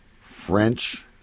French